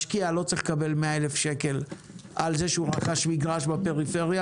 משקיע לא צריך לקבל 100,000 שקל על זה שהוא רכש מגרש בפריפריה,